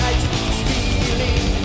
Stealing